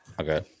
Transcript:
Okay